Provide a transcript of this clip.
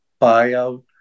buyout